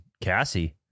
Cassie